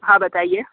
हाँ बताइए